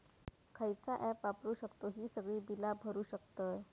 खयचा ऍप वापरू शकतू ही सगळी बीला भरु शकतय?